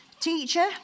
Teacher